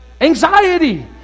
Anxiety